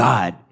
God